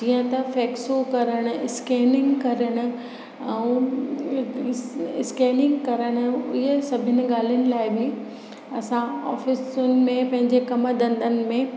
जीअं त फेक्सूं करणु स्केनिंग करणु ऐं स्केनिंग करणु इहे सभिनीनि ॻाल्हियुनि लाइ बि असां ऑफिसुनि में पंहिंजे कमु धंधनि में